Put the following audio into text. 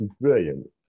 brilliant